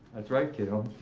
that's right, kiddo.